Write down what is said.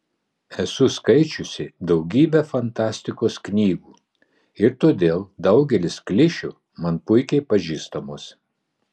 esu skaičiusi daugybę fantastikos knygų ir todėl daugelis klišių man puikiai pažįstamos